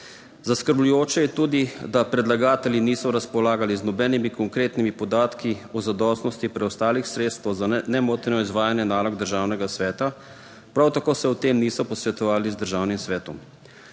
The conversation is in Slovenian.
Zaskrbljujoče je tudi, da predlagatelji niso razpolagali z nobenimi konkretnimi podatki o zadostnosti preostalih sredstev za nemoteno izvajanje nalog Državnega sveta, prav tako se o tem niso posvetovali z Državnim svetom.